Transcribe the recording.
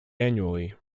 annually